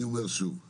אני אומר שוב,